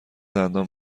دندان